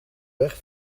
weg